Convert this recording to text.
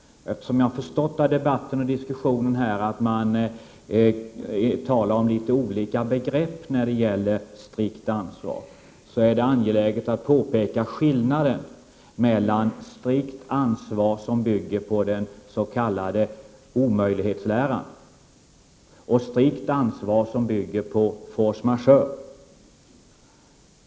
Eftersom jag förstått av debatten och diskussionen här att man talar om litet olika begrepp när det gäller strikt ansvar, är det angeläget att påpeka skillnaden mellan strikt ansvar som bygger på den s.k. omöjlighetsläran och strikt ansvar som bygger på force majeure.